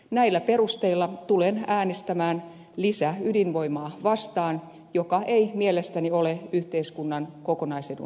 näillä perusteilla tulen äänestämään lisäydinvoimaa vastaan joka ei mielestäni ole yhteiskunnan kokonaisedun mukaista